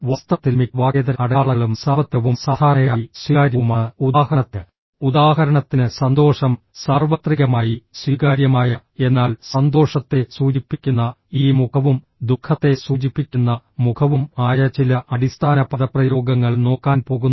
വാസ്തവത്തിൽ മിക്ക വാക്കേതര അടയാളങ്ങളും സാർവത്രികവും സാധാരണയായി സ്വീകാര്യവുമാണ് ഉദാഹരണത്തിന് ഉദാഹരണത്തിന് സന്തോഷം സാർവത്രികമായി സ്വീകാര്യമായ എന്നാൽ സന്തോഷത്തെ സൂചിപ്പിക്കുന്ന ഈ മുഖവും ദുഃഖത്തെ സൂചിപ്പിക്കുന്ന മുഖവും ആയ ചില അടിസ്ഥാന പദപ്രയോഗങ്ങൾ നോക്കാൻ പോകുന്നു